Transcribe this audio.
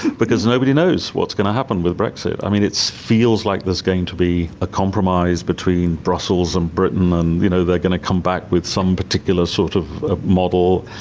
because nobody knows what's going to happen with brexit. i mean, it feels like there's going to be a compromise between brussels and britain and you know they're going to come back with some particular sort of ah model.